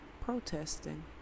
protesting